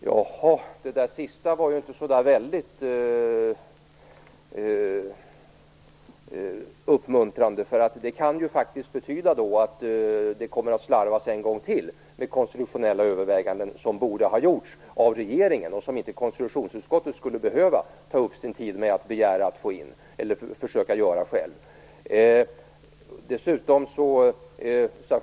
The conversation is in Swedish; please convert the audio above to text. Fru talman! Det sista var inte så där väldigt uppmuntrande. Det kan faktiskt betyda att det kommer att slarvas en gång till med konstitutionella överväganden som borde ha gjorts av regeringen och som inte konstitutionsutskottet skulle behöva ta upp sin tid med att begära att få in eller att försöka göra själv.